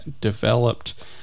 developed